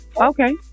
Okay